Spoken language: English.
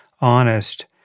honest